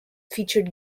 feature